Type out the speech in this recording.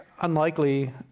unlikely